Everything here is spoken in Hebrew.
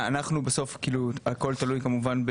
כמובן,